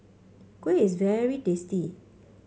kuih is very tasty